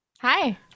hi